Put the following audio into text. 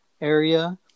area